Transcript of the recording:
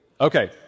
Okay